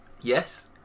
Yes